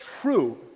true